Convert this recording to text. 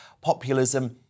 populism